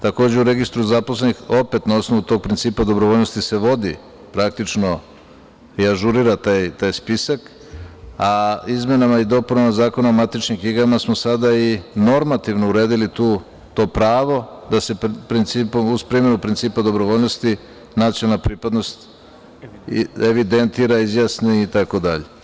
Takođe, u registru zaposlenih, opet na osnovu tog principa dobrovoljnosti, vodi se praktično i ažurira taj spisak, a izmenama i dopunama Zakona o matičnim knjigama smo sada i normativno uredili to pravo da se uz primenu principa dobrovoljnosti nacionalna pripadnost i evidentira, izjasni itd.